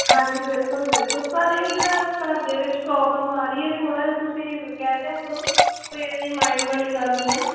ਹਾਂਜੀ ਬਿਲਕੁਲ ਬਿਲਕੁਲ ਪਰ ਇਹ ਜਿਹੜਾ ਘਰ ਦੇ ਵਿੱਚ ਪ੍ਰੋਬਲਮ ਆ ਰਹੀ ਇਹ ਥੋੜ੍ਹਾ ਜਿਹਾ ਤੁਸੀਂ ਕਹਿ ਦਿਆ ਕਰੋ ਕੋਈ ਇੰਨੀ ਮਾਇੰਡ ਵਾਲੀ ਗੱਲ ਨਹੀਂ ਹੈ